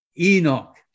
Enoch